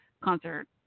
concert